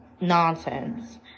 nonsense